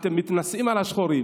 אתם מתנשאים על השחורים,